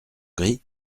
gris